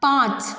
पांच